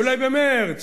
אולי במרס,